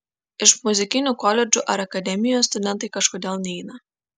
iš muzikinių koledžų ar akademijos studentai kažkodėl neina